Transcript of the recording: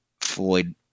Floyd